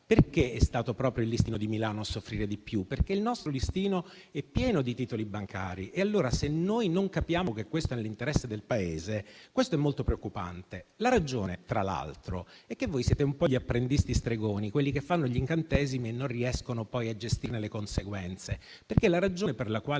Perché è stato proprio il listino di Milano a soffrire di più? Perché il nostro listino è pieno di titoli bancari. E allora, se non capiamo che questo è nell'interesse del Paese, ciò è molto preoccupante. La ragione, tra l'altro, è che voi siete un po' apprendisti stregoni, quelli che fanno gli incantesimi e non riescono poi a gestirne le conseguenze. La ragione per la quale